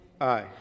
Aye